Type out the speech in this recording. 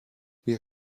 wir